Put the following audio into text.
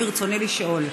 ברצוני לשאול: